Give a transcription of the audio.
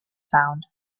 sound